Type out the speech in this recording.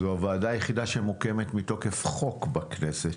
זו הוועדה היחידה שמוקמת מתוקף חוק בכנסת,